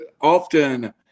Often